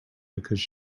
because